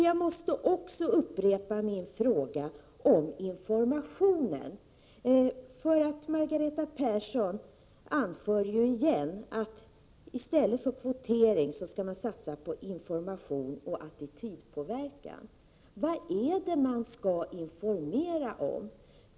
Jag måste också upprepa min fråga om informationen, för Margareta Persson anför ju igen att i stället för kvotering skall man satsa på information och attitydpåverkan. Vad är det man skall informera om?